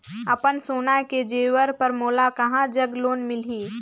अपन सोना के जेवर पर मोला कहां जग लोन मिलही?